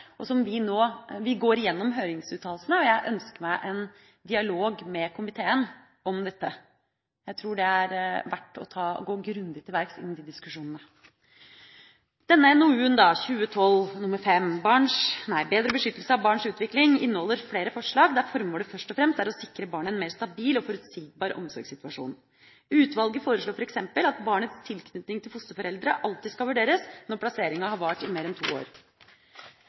denne diskusjonen. NOU 2012: 5 Bedre beskyttelse av barns utvikling inneholder flere forslag der formålet først og fremst er å sikre barnet en mer stabil og forutsigbar omsorgssituasjon. Utvalget foreslår f.eks. at barnets tilknytning til fosterforeldre alltid skal vurderes når plasseringa har vart i mer enn to år.